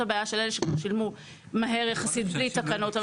הבעיה של אלה ששילמו מהר יחסית בלי תקנות,